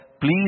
please